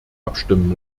abstimmen